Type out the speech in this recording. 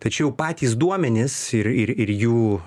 tačiau patys duomenys ir ir ir jų